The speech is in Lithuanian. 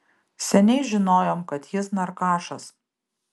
seniai žinojom kad jis narkašas